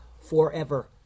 forever